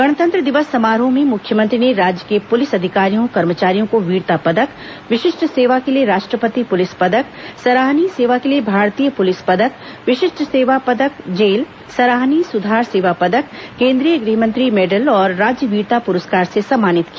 गणतंत्र दिवस समारोह में मुख्यमंत्री ने राज्य के पुलिस अधिकारियों कर्मचारियों को वीरता पदक विशिष्ट सेवा के लिए राष्ट्रपति पुलिस पदक सराहनीय सेवा के लिए भारतीय पुलिस पदक विशिष्ट सेवा पदक जेल सराहनीय सुधार सेवा पदक केन्द्रीय गृहमंत्री मेडल और राज्य वीरता पुरस्कार से सम्मानित किया